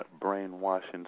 brainwashing